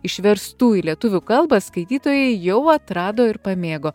išverstų į lietuvių kalbą skaitytojai jau atrado ir pamėgo